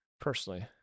personally